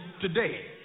today